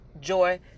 joy